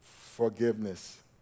forgiveness